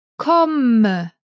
Komme